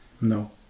No